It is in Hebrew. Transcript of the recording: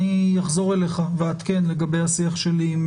אני אחזור אליך ואעדכן לגבי השיח שלי עם